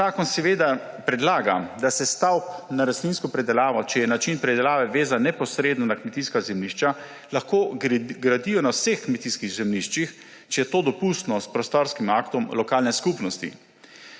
Zakon predlaga, da se stavbe za rastlinsko pridelavo, če je način pridelave vezan neposredno na kmetijska zemljišča, lahko gradijo na vseh kmetijskih zemljiščih, če je to dopustno s prostorskim aktom lokalne skupnosti,